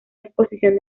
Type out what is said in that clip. exposición